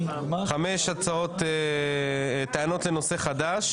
חמש טענות לנושא חדש.